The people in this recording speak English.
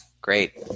great